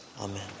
Amen